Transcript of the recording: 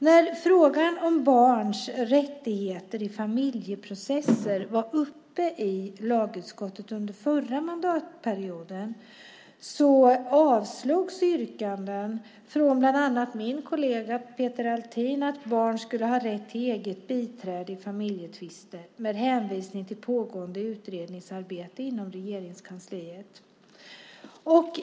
När frågan om barns rättigheter i familjeprocesser var uppe i lagutskottet under förra mandatperioden avstyrktes yrkanden från bland annat min kollega Peter Althin om att barn skulle ha eget biträde i familjetvister, med hänvisning till pågående utredningsarbete inom Regeringskansliet.